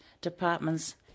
departments